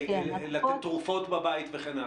לתת תרופות בבית, וכן הלאה.